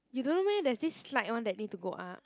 you don't know meh there's this slight one that need to go up